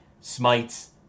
Smites